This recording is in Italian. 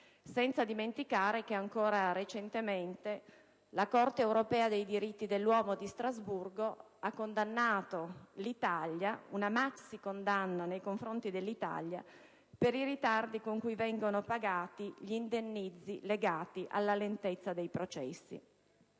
senza dimenticare che recentemente la Corte europea dei diritti dell'uomo di Strasburgo ha inflitto all'Italia una maxicondanna per i ritardi con cui vengono pagati gli indennizzi legati alla lentezza dei processi.